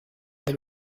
they